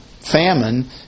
famine